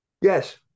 Yes